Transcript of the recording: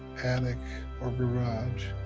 attic or garage,